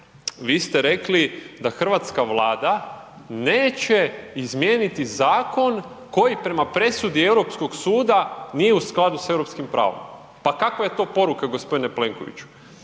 vi ste rekli da hrvatska Vlada neće izmijeniti zakon koji prema presudi Europskog suda nije u skladu sa europskim pravom. Pa kakva je to poruka gospodine Plenkoviću?